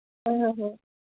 ꯍꯣꯏ ꯍꯣꯏ ꯍꯣꯏ